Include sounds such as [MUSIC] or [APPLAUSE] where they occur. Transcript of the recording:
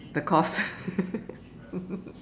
the cost [LAUGHS]